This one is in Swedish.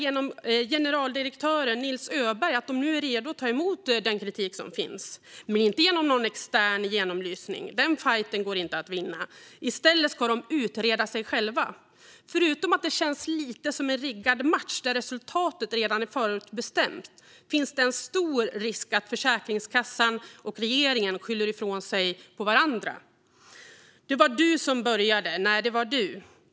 Genom generaldirektör Nils Öberg meddelar man att man är redo att ta emot den kritik som finns, men det ska inte ske genom någon extern genomlysning. Den fajten går inte att vinna. I stället ska myndigheten utreda sig själv. Förutom att detta känns lite som en riggad match där resultatet är förutbestämt finns det en stor risk för att Försäkringskassan och regeringen skyller på varandra: Det var du som började! Nej, det var du!